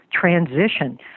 transition